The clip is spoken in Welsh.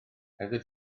heather